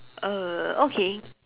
err okay